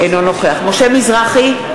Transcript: אינו נוכח משה מזרחי,